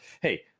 hey